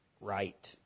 Right